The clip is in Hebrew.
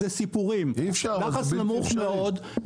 זה סיפורים, לחץ נמוך מאוד.